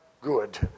good